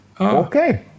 okay